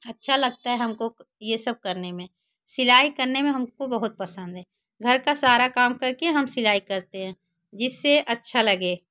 अच्छा लगता है हमको यह सब करने में सिलाई करने में हमको बहुत पसंद है घर का सारा काम करके हम सिलाई करते हैं जिससे अच्छा लगे